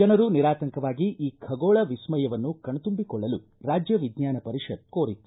ಜನರು ನಿರಾತಂಕವಾಗಿ ಈ ಖಗೋಳ ವಿಸ್ಮಯವನ್ನು ಕಣ್ತಂಬಿಕೊಳ್ಳಲು ರಾಜ್ಯ ವಿಜ್ಞಾನ ಪರಿಷತ್ ಕೋರಿತ್ತು